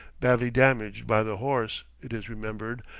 badly damaged by the horse, it is remembered,